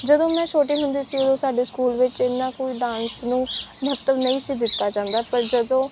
ਜਦੋਂ ਮੈਂ ਛੋਟੇ ਹੁੰਦੇ ਸੀ ਉਹ ਸਾਡੇ ਸਕੂਲ ਵਿੱਚ ਇੰਨਾਂ ਕੁ ਡਾਂਸ ਨੂੰ ਮਹੱਤਵ ਨਹੀਂ ਸੀ ਦਿੱਤਾ ਜਾਂਦਾ ਪਰ ਜਦੋਂ